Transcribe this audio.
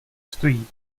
stojí